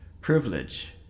privilege